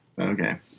Okay